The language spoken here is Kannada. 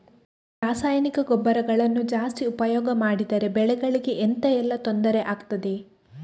ರಾಸಾಯನಿಕ ಗೊಬ್ಬರಗಳನ್ನು ಜಾಸ್ತಿ ಉಪಯೋಗ ಮಾಡಿದರೆ ಬೆಳೆಗಳಿಗೆ ಎಂತ ಎಲ್ಲಾ ತೊಂದ್ರೆ ಆಗ್ತದೆ?